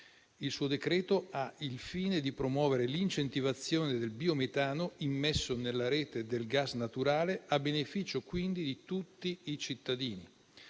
Il suo decreto ha il fine di promuovere l'incentivazione del biometano immesso nella rete del gas naturale, a beneficio quindi di tutti i cittadini.